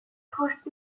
پست